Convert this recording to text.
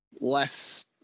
less